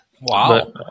Wow